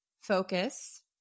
Focus